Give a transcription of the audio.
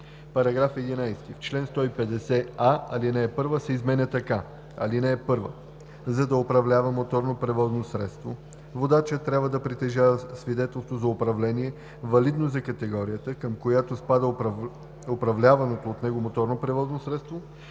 § 11: „§ 11. В чл. 150а, ал. 1 се изменя така: „(1) За да управлява моторно превозно средство, водачът трябва да притежава свидетелство за управление, валидно за категорията, към която спада управляваното от него моторно превозно средство,